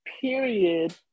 period